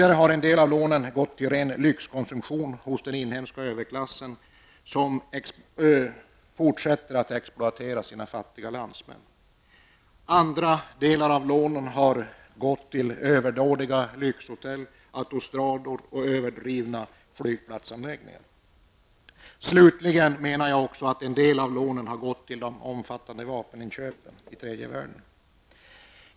Vidare har en del av lånen gått till ren lyxkonsumtion hos den inhemska överklassen, som fortsätter att exploatera sina fattiga landsmän. Andra delar av lånen har gått till överdådiga lyxhotell, autostrador och överdrivna flygplatsanläggningar. Slutligen menar jag också att en del av lånen gått till den omfattande vapeninköpen i tredje världen.